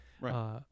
Right